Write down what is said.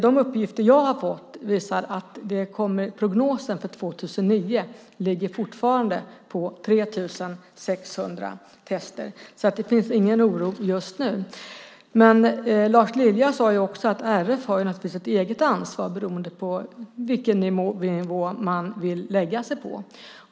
De uppgifter jag har fått visar att prognosen för 2009 fortfarande ligger på 3 600 tester. Det finns alltså ingen oro just nu. Lars Lilja sade också att RF har ett eget ansvar beroende på vilken nivå man vill lägga sig på.